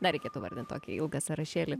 dar reikėtų vardinti tokį ilgą sąrašėlį